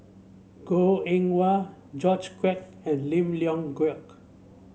Goh Eng Wah George Quek and Lim Leong Geok